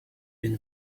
been